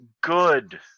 good